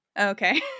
Okay